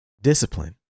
discipline